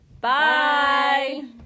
Bye